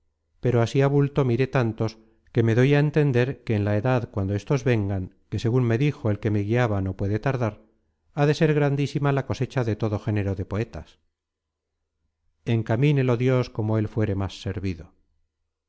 pero así á bulto miré tantos que me doy a entender que en la edad cuando éstos vengan que segun me dijo el que me guiaba no puede tardar ha de ser grandísima la cosecha de todo género de poetas encaminelo dios como el fuere más servido